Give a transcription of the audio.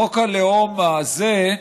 חוק הלאום הזה,